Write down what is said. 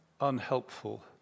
unhelpful